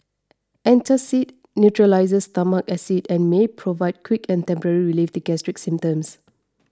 antacid neutralises stomach acid and may provide quick and temporary relief to gastric symptoms